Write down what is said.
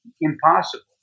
impossible